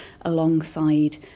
alongside